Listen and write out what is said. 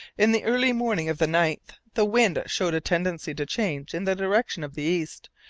in the early morning of the ninth the wind showed a tendency to change in the direction of the east,